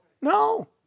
No